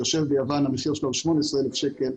המחיר שלה הוא 18,000 שקלים.